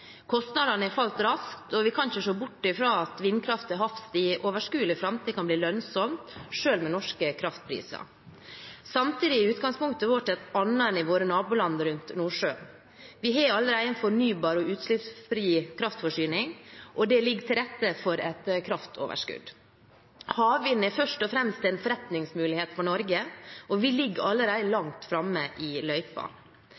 Kostnadene har falt raskt, og vi kan ikke se bort ifra at vindkraft til havs i overskuelig framtid kan bli lønnsomt, selv med norske kraftpriser. Samtidig er utgangspunktet vårt et annet enn i våre naboland rundt Nordsjøen. Vi har allerede en fornybar og utslippsfri kraftforsyning, og det ligger til rette for et kraftoverskudd. Havvind er først og fremst en forretningsmulighet for Norge, og vi ligger allerede